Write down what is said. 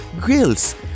grills